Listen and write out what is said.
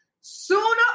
Sooner